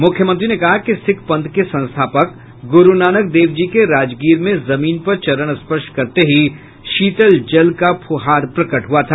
मुख्यमंत्री ने कहा कि सिख पंथ के संस्थापक गुरुनानक देव जी के राजगीर में जमीन पर चरण स्पर्श करते ही शीतल जल का फुहार प्रकट हुआ था